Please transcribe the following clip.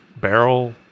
barrel